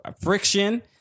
friction